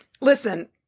listen